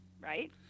Right